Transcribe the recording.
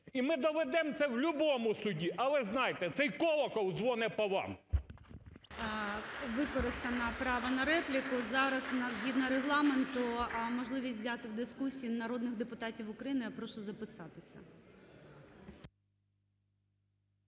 І ми доведемо це в любому суді, але знайте цей колокол дзвонить по вам. ГОЛОВУЮЧИЙ. Використане право на репліку. Зараз у нас згідно Регламенту можливість взяти в дискусії народних депутатів України, я прошу записатися.